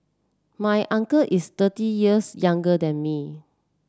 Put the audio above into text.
my uncle is thirty years younger than me